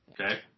Okay